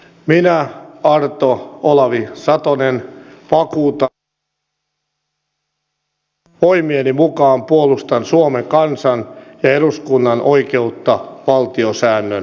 minä arto olavi satonen vakuutan että minä puhemiehenä voimieni mukaan puolustan suomen kansan ja eduskunnan oikeutta valtiosäännön mukaan